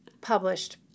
published